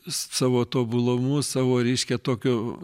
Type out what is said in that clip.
savo tobulumu savo reiškia tokiu